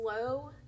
slow